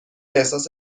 احساس